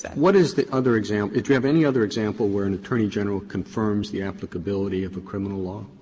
what is the other example did you have any other example where an attorney general confirms the applicability of a criminal law?